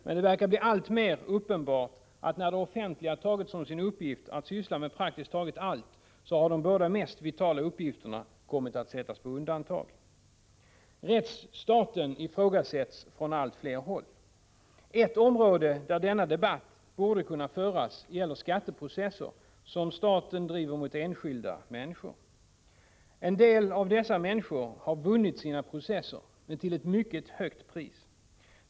Men det verkar bli alltmer uppenbart att när det offentliga tagit som sin uppgift att syssla med praktiskt taget allt, har de båda mest vitala uppgifterna kommit att sättas på undantag. Rättsstaten ifrågasätts från allt fler håll. Ett område där denna debatt bör föras gäller skatteprocesser som staten driver mot enskilda människor. En del av dessa människor har vunnit sina processer, men till ett mycket högt pris.